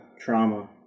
trauma